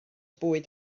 bwyd